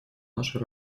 нашей